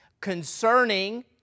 concerning